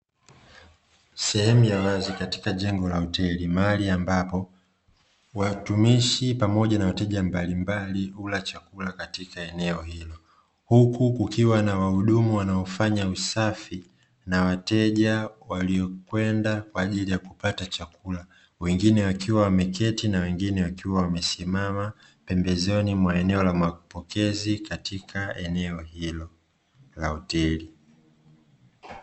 Sehemu ya wazi katika jengo la hoteli mahali ambapo watumishi pamoja na wateja mbalimbali hula chakula katika eneo hilo, huku kukiwa na wahudumu wanaofanya usafi na wateja waliokwenda kwa ajili ya kupata chakula, wengine wakiwa wameketi na wengine wakiwa wamesimama pembezoni mwa eneo la mapokezi katika eneo hilo la hoteli.